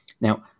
Now